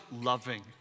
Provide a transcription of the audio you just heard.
loving